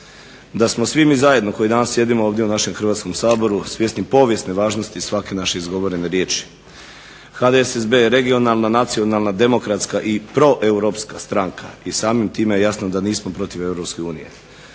da smo svi mi zajedno koji danas sjedimo ovdje u našem Hrvatskom saboru svjesni povijesne važnosti svake naše izgovorene riječi. HDSSB je regionalna, nacionalna, demokratska i proeuropska stranka i samim time jasno da nismo protiv EU.